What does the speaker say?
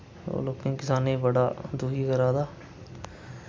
ओह् लोकें किसाने बड़ा दुखी करै दा